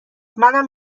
منم